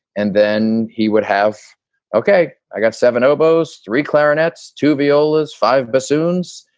and then he would have ok, i got seven oboes, three clarinets, two violas, five bassoons.